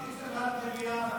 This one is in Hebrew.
מליאה,